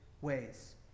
ways